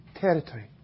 territory